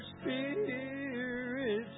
Spirit